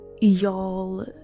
Y'all